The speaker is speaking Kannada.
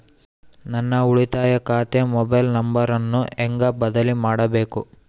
ನನ್ನ ಉಳಿತಾಯ ಖಾತೆ ಮೊಬೈಲ್ ನಂಬರನ್ನು ಹೆಂಗ ಬದಲಿ ಮಾಡಬೇಕು?